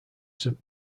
saint